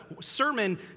sermon